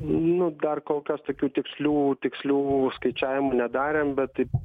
nu dar kol kas tokių tikslių tikslių skaičiavimų nedarėm bet taip